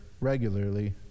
regularly